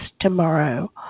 Tomorrow